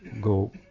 go